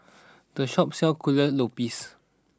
the shop sells Kuih Lopes